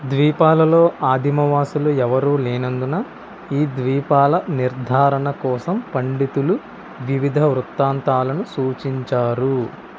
ద్వీపాలలో ఆదిమవాసులు ఎవరూ లేనందున ఈ ద్వీపాల నిర్ధారణ కోసం పండితులు వివిధ వృత్తాంతాలను సూచించారు